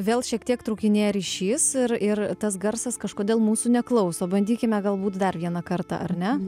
vėl šiek tiek trūkinėja ryšys ir ir tas garsas kažkodėl mūsų neklauso bandykime galbūt dar vieną kartą ar ne